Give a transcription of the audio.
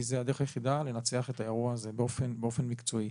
כי זו הדרך היחידה לנצח את האירוע הזה באופן מקצועי.